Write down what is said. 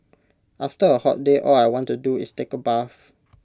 after A hot day all I want to do is take A bath